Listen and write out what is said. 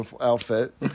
outfit